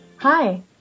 Hi